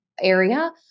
area